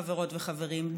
חברות וחברים,